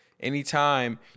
Anytime